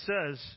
says